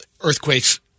earthquakes